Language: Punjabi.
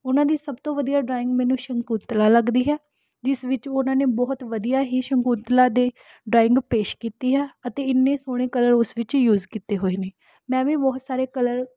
ਉਨ੍ਹਾਂ ਦੀ ਸਭ ਤੋਂ ਵਧੀਆ ਡਰਾਇੰਗ ਮੈਨੂੰ ਸ਼ਕੁੰਤਲਾ ਲੱਗਦੀ ਹੈ ਜਿਸ ਵਿੱਚ ਉਨ੍ਹਾਂ ਨੇ ਬਹੁਤ ਵਧੀਆ ਹੀ ਸ਼ਕੁੰਤਲਾ ਦੀ ਡਰਾਇੰਗ ਪੇਸ਼ ਕੀਤੀ ਹੈ ਅਤੇ ਇੰਨੇ ਸੋਹਣੇ ਕਲਰ ਉਸ ਵਿੱਚ ਯੂਸ ਕੀਤੇ ਹੋਏ ਨੇ ਮੈਂ ਵੀ ਬਹੁਤ ਸਾਰੇ ਕਲਰ